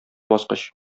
баскыч